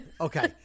Okay